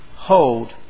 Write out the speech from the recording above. Hold